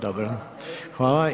Dobro, hvala.